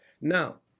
Now